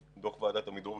דוח ועדת עמידרור,